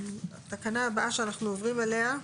התקנה הבאה שאנחנו עוברים אליה,